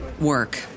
work